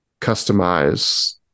customize